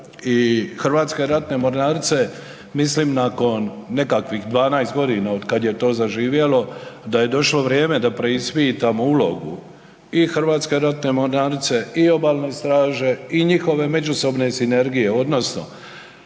i Hrvatske ratne mornarice, mislim nakon nekakvih 12 godina od kad je to zaživjelo, da je došlo vrijeme da preispitamo ulogu i Hrvatske ratne mornarice, i Obalne straže i njihove međusobne sinergije, odnosno